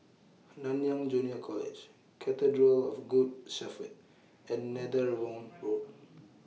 Nanyang Junior College Cathedral of Good Shepherd and Netheravon Road